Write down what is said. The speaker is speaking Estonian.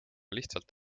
lihtsalt